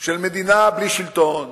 של מדינה בלי שלטון,